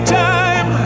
time